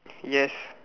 yes